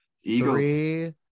Eagles